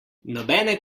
nobene